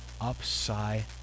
upside